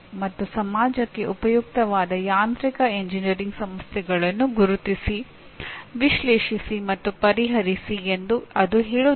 ಮತ್ತು ಸಮಾಜಕ್ಕೆ ಉಪಯುಕ್ತವಾದ ಯಾಂತ್ರಿಕ ಎಂಜಿನಿಯರಿಂಗ್ ಸಮಸ್ಯೆಗಳನ್ನು ಗುರುತಿಸಿ ವಿಶ್ಲೇಷಿಸಿ ಮತ್ತು ಪರಿಹರಿಸಿ ಎಂದು ಅದು ಹೇಳುತ್ತದೆ